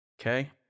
okay